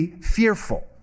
fearful